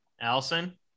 Allison